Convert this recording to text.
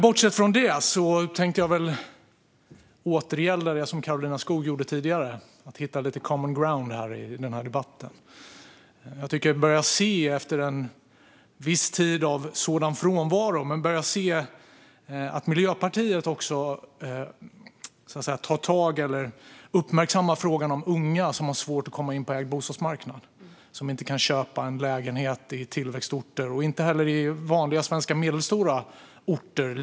Bortsett från det tänkte jag återgälda det som Karolina Skog gjorde tidigare och hitta lite common ground i debatten. Efter en viss tid av frånvaro av sådan tycker jag att man börjar se att även Miljöpartiet tar tag i eller uppmärksammar frågan om unga som har svårt att komma in på marknaden för ägda bostäder. De kan inte köpa lägenhet på tillväxtorter, numera inte heller på vanliga medelstora orter.